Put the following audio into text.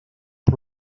por